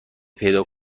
پیدا